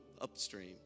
upstream